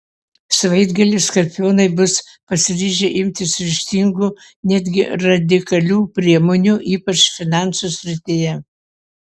savaitgalį skorpionai bus pasiryžę imtis ryžtingų netgi radikalių priemonių ypač finansų srityje